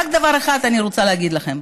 רק דבר אחד אני רוצה להגיד לכם: